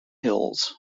hills